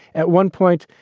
at one point,